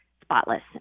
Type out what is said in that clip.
spotless